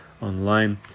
online